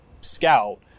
scout